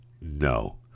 no